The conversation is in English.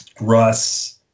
Russ